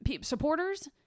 supporters